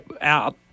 out